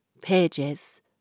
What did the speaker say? pages